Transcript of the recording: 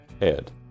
Ed